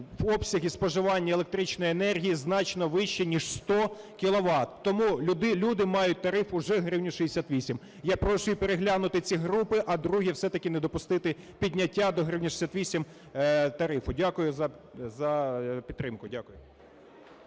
обсяги споживання електричної енергії значно вищі ніж 100 кіловат. Тому люди мають тариф уже 1 гривню 68. Я прошу переглянути ці групи. А, друге, все-таки не допустити підняття тарифу до 1 гривні 68. Дякую за підтримку.